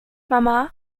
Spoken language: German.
mama